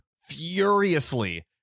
furiously